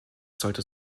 sollte